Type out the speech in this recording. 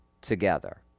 together